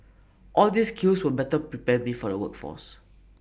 all these skills will better prepare me for the workforce